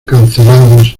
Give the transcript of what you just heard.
cancelados